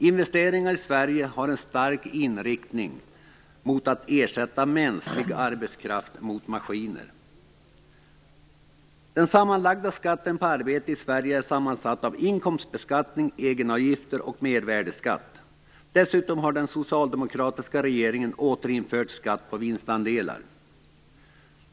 Investeringar i Sverige har en stark inriktning mot att ersätta mänsklig arbetskraft med maskiner. Den sammanlagda skatten på arbete i Sverige är sammansatt av inkomstbeskattning, egenavgifter och mervärdesskatt. Dessutom har den socialdemokratiska regeringen återinfört skatt på vinstandelar.